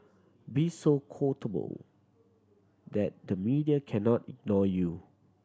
be so quotable that the media cannot ignore you